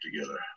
together